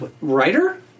Writer